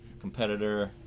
competitor